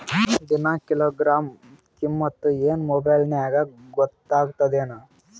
ದಿನಾ ಕಿಲೋಗ್ರಾಂ ಕಿಮ್ಮತ್ ಏನ್ ಮೊಬೈಲ್ ನ್ಯಾಗ ಗೊತ್ತಾಗತ್ತದೇನು?